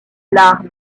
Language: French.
larmes